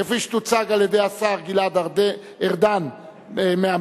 כפי שתוצג על-ידי השר גלעד ארדן מהממשלה.